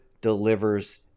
delivers